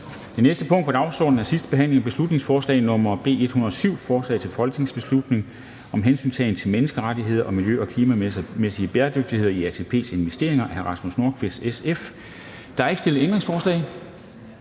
Det næste punkt på dagsordenen er: 15) 2. (sidste) behandling af beslutningsforslag nr. B 107: Forslag til folketingsbeslutning om hensyntagen til menneskerettigheder og miljø- og klimamæssig bæredygtighed i ATP's investeringer. Af Rasmus Nordqvist (SF) m.fl. (Fremsættelse